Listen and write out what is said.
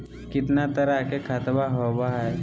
कितना तरह के खातवा होव हई?